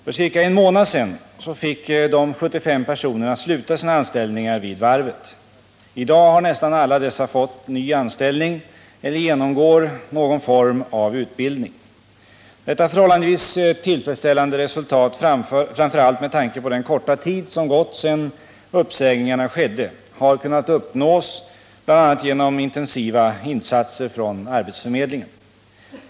För ca en månad sedan fick de 75 personerna sluta sina anställningar vid varvet. I dag har nästan alla dessa fått ny anställning eller genomgår någon form av utbildning. Detta förhållandevis tillfredsställande resultat, framför allt med tanke på den korta tid som gått sedan uppsägningarna skedde, har kunnat uppnås bl.a. genom intensiva insatser från arbetsförmedlingen.